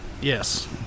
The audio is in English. yes